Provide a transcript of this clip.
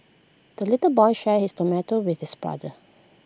the little boy shared his tomato with his brother